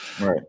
Right